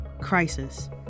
Crisis